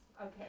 Okay